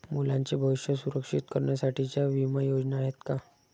मुलांचे भविष्य सुरक्षित करण्यासाठीच्या विमा योजना आहेत का?